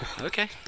Okay